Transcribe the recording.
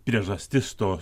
priežastis to